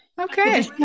okay